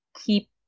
keep